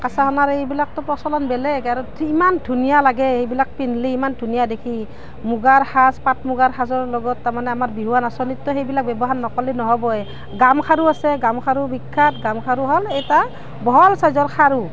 কেঁচা সোণৰ এইবিলাকতো প্ৰচলন বেলেগ আৰু ইমান ধুনীয়া লাগে এইবিলাক পিন্ধিলে ইমান ধুনীয়া দেখি মুগাৰ সাজ পাট মুগাৰ সাজৰ লগত তাৰমানে আমাৰ বিহুৱা নাচনীৰতো সেইবিলাক ব্যৱহাৰ নকৰিলে নহ'বই গামখাৰু আছে গামখাৰু বিখ্যাত গামখাৰু হ'ল এটা বহল চাইজৰ খাৰু